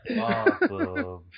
Awesome